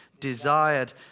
desired